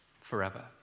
forever